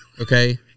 Okay